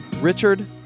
Richard